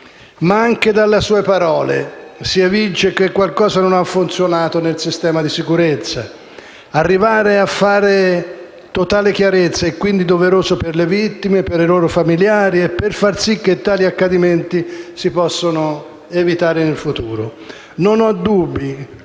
Ma anche dalle sue parole si evince che qualcosa non ha funzionato nel sistema di sicurezza. Arrivare a fare totale chiarezza è quindi doveroso per le vittime, per i loro familiari e per far sì che tali accadimenti si possano evitare in futuro. Non ho dubbi